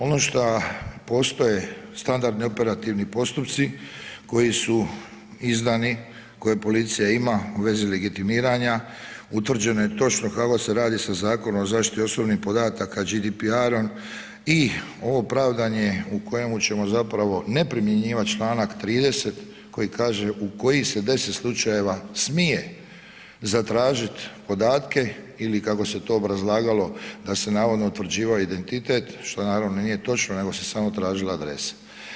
Ono šta postoje standardni operativni postupci koji su izdani, koje policija ima u vezi legitimiranja, utvrđeno je točno kako se radi sa Zakonom o zaštiti osobnih podataka GDPR-om i ovo pravdanje u kojemu ćemo zapravo ne primjenjivat Članak 30. koji kaže u kojih se 10 slučajeva smije zatražit podatke ili kako se to obrazlagalo da se navodno utvrđivao identitet, što naravno nije točno nego se samo tražila adresa.